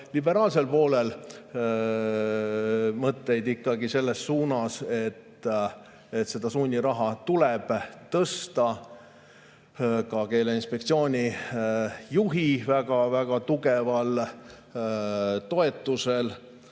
liberaalsel poolel mõtteid ikkagi selles suunas, et sunniraha tuleb tõsta, ka keeleinspektsiooni juhi väga-väga tugeval toetusel.